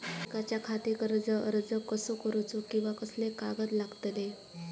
शिकाच्याखाती कर्ज अर्ज कसो करुचो कीवा कसले कागद लागतले?